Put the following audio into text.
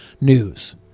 news